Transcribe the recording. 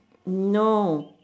no